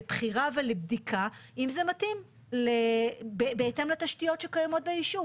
לבחירה ולבדיקה אם זה מתאים בהתאם לתשתיות שקיימות ביישוב.